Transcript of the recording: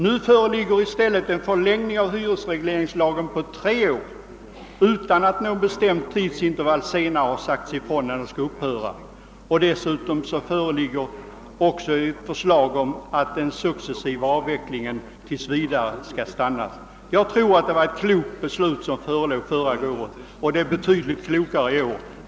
Nu föreligger i stället förslag om en förlängning av hyresregleringslagen på tre år utan att något bestämt tidsintervall angivits för lagens upphörande senare. Dessutom finns ett förslag om att den successiva avvecklingen tills vidare skall stoppas. Jag tror att det beslut som fattades förra våren var klokt och att det förslag som föreligger i år är ännu klokare.